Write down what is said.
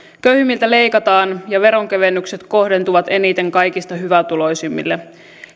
köyhimmiltä leikataan ja veronkevennykset kohdentuvat eniten kaikista hyvätuloisimmille